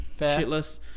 shitless